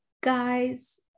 guys